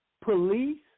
police